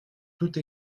toute